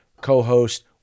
co-host